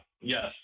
yes